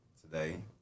today